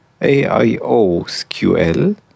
AIOSQL